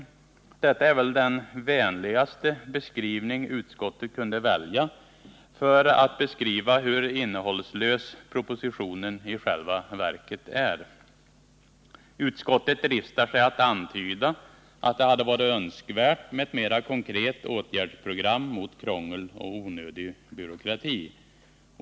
Detta är väl den vänligaste beskrivning utskottet kunde välja för att beskriva hur innehållslös propositionen i själva verket är. Utskottet dristar sig att antyda att det hade varit önskvärt med ett mera konkret åtgärdsprogram mot krångel och onödig byråkrati.